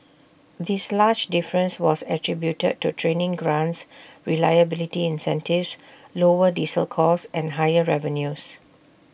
this large difference was attributed to training grants reliability incentives lower diesel costs and higher revenues